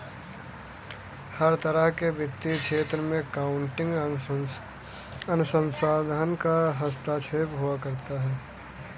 हर तरह के वित्तीय क्षेत्र में अकाउन्टिंग अनुसंधान का हस्तक्षेप हुआ करता है